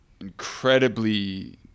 incredibly